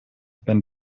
been